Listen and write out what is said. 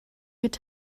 could